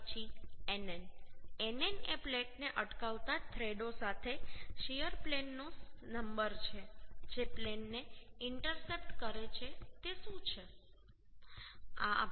પછી nn nn એ પ્લેનને અટકાવતા થ્રેડો સાથે શીયર પ્લેનનો શીયર પ્લેન નંબર છે જે પ્લેનને ઇન્ટરસેપ્ટ કરે છે તે શું છે